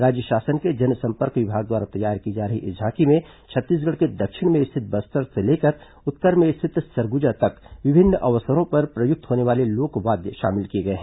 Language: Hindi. राज्य शासन के जनसंपर्क विभाग द्वारा तैयार की जा रही इस झांकी में छत्तीसगढ़ के दक्षिण में स्थित बस्तर से लेकर उत्तर में स्थित सरगुजा तक विभिन्न अवसरों पर प्रयुक्त होने वाले लोक वाद्य शामिल किए गए हैं